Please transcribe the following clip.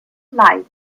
light